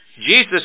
Jesus